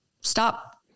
stop